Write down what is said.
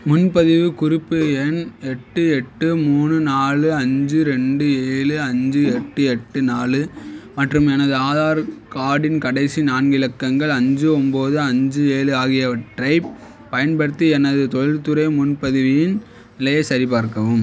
முன்பதிவு குறிப்பு எண் எட்டு எட்டு மூணு நாலு அஞ்சு ரெண்டு ஏழு அஞ்சு எட்டு எட்டு நாலு மற்றும் எனது ஆதார் கார்டின் கடைசி நான்கு இலக்கங்கள் அஞ்சு ஒம்பது அஞ்சு ஏழு ஆகியவற்றைப் பயன்படுத்தி எனது தொழில்துறை முன்பதிவின் நிலையைச் சரிபார்க்கவும்